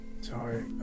Sorry